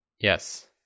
Yes